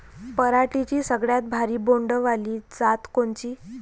पराटीची सगळ्यात भारी बोंड वाली जात कोनची?